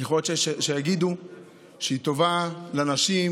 יכול להיות שיש שיגידו שהיא טובה לנשים,